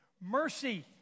mercy